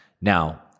Now